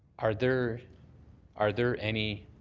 are there are there any